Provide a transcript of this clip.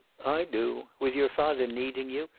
i do. with your father needing you,